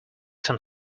some